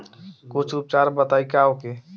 कुछ उपचार बताई का होखे?